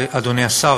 אדוני השר,